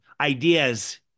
ideas